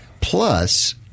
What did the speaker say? plus